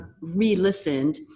re-listened